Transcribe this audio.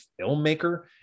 filmmaker